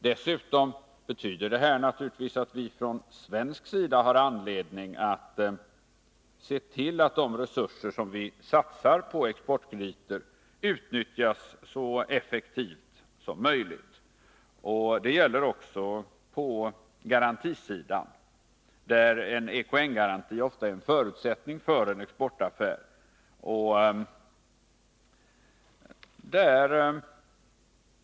Dessutom betyder detta naturligtvis att vi från svensk sida har anledning att se till att de resurser som vi satsar på exportkrediter utnyttjas så effektivt som möjligt. Det gäller även på garantisidan, där en EKN-garanti ofta är en förutsättning för en exportaffär.